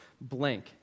blank